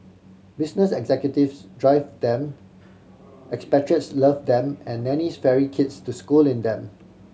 business executives drive them expatriates love them and nannies ferry kids to school in them